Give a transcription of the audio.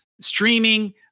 streaming